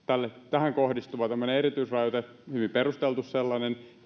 tähän kohdistuva erityisrajoite hyvin perusteltu sellainen